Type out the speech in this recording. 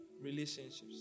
relationships